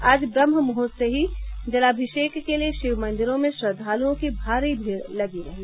आज ब्रम्हमुहूर्त से ही जलाभिषेक के लिए शिव मंदिरों में श्रद्वालुओं की भारी भीड लगी रही